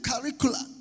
curriculum